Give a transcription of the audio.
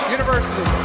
University